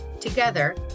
Together